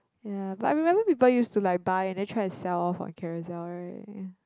ya but I remember people used to like buy and then try to sell off on Carousell right